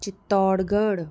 Chittorgarh